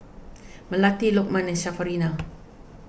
Melati Lokman and